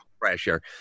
pressure